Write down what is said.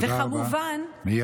וכמובן, מייד.